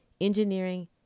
engineering